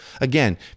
again